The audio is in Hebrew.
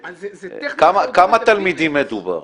בכמה תלמידים מדובר?